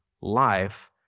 life